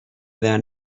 their